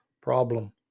problem